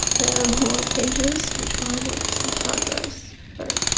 there are more pages, which are works in progress. but